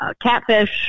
catfish